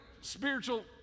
spiritual